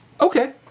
Okay